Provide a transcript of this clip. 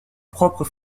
propre